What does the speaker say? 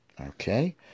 okay